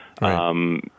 Right